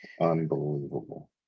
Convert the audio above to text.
Unbelievable